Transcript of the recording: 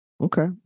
Okay